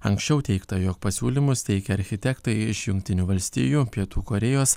anksčiau teigta jog pasiūlymus teikė architektai iš jungtinių valstijų pietų korėjos